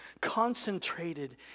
concentrated